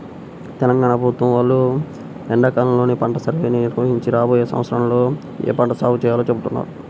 తెలంగాణ ప్రభుత్వం వాళ్ళు ఎండాకాలంలోనే పంట సర్వేని నిర్వహించి రాబోయే సంవత్సరంలో ఏ పంట సాగు చేయాలో చెబుతారు